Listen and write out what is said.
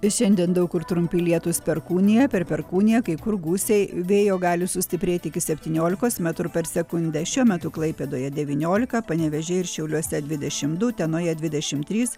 šiandien daug kur trumpi lietūs perkūnija per perkūniją kai kur gūsiai vėjo gali sustiprėti iki septyniolikos metrų per sekundę šiuo metu klaipėdoje devyniolika panevėžyje ir šiauliuose dvidešimt du utenoje dvidešimt trys